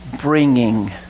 bringing